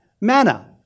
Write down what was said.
manna